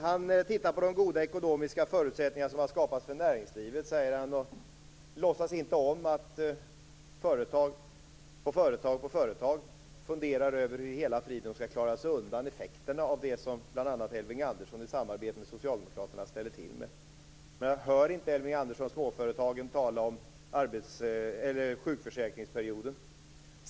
Han tittar på de goda ekonomiska förutsättningar som har skapats för näringslivet, säger han, och låtsas inte om att det ena företaget efter det andra funderar över hur i hela friden de skall klara sig undan effekterna av det som bl.a. Elving Andersson i samarbete med Socialdemokraterna ställer till med. Hör inte Elving Andersson småföretagen tala om sjukförsäkringsperioden?